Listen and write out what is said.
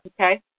Okay